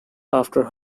after